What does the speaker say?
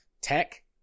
tech